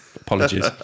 Apologies